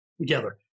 together